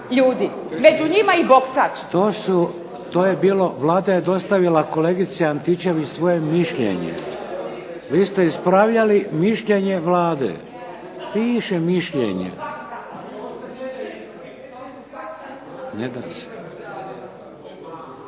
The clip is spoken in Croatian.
ljudi, među njima i boksač. **Šeks, Vladimir (HDZ)** To je bilo, Vlada je dostavila, kolegice Antičević, svoje mišljenje. Vi ste ispravljali mišljenje Vlade, piše mišljenje. …